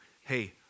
hey